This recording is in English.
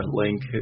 link